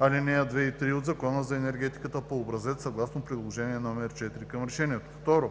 ал. 2 и 3 от Закона за енергетиката по образец съгласно приложение № 4 към решението. 2.